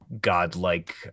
Godlike